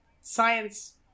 science